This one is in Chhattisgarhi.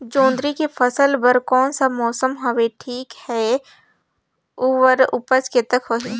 जोंदरी के फसल बर कोन सा मौसम हवे ठीक हे अउर ऊपज कतेक होही?